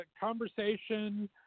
conversation